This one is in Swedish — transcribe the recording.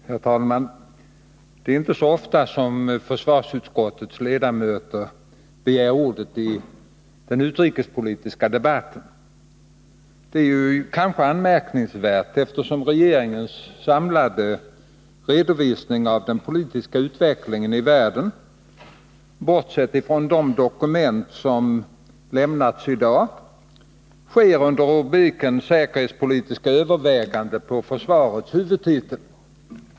Herr talman! Det är inte så ofta försvarsutskottets ledamöter begär ordet i den utrikespolitiska debatten. Det är kanske anmärkningsvärt, eftersom regeringens samlade redovisning av den politiska utvecklingen i världen, bortsett från de deklarationer som lämnats i dag, sker under rubriken Säkerhetspolitiska överväganden på försvarets huvudtitel.